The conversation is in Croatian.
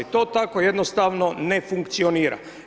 To tako jednostavno ne funkcionira.